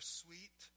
sweet